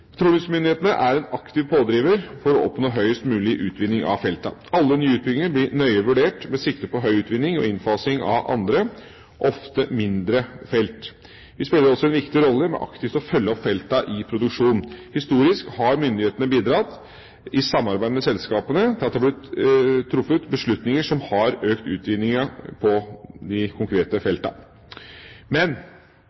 Petroleumsmyndighetene er en aktiv pådriver for å oppnå høyest mulig utvinning av feltene. Alle nye utbygginger blir nøye vurdert med sikte på høy utvinning og innfasing av andre, ofte mindre, felt. Vi spiller også en viktig rolle med aktivt å følge opp feltene i produksjonen. Historisk har myndighetene, i samarbeid med selskapene bidratt til at det er blitt truffet beslutninger som har økt utvinningen på de konkrete